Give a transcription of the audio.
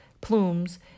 plumes